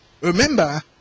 Remember